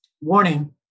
warning